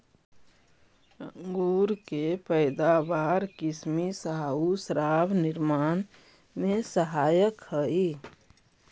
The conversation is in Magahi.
अंगूर के पैदावार किसमिस आउ शराब निर्माण में सहायक हइ